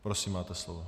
Prosím, máte slovo.